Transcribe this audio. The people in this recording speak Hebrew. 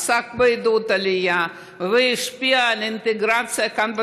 עסק בעידוד עלייה והשפיע על האינטגרציה כאן,